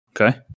Okay